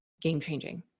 game-changing